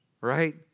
right